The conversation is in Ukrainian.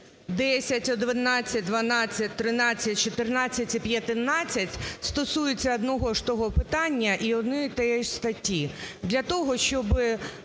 10, 11, 12, 13, 14 і 15 стосуються одного і того ж питання і однієї і тієї ж статті.